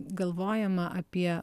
galvojama apie